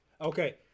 Okay